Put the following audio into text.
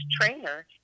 trainer